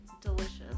delicious